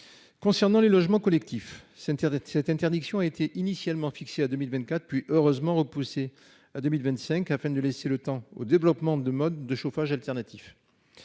Concernant les logements collectifs. C'est une sert de cette interdiction était initialement fixée à 2024 puis heureusement repoussé à 2025, afin de laisser le temps au développement de mode de chauffage alternatifs.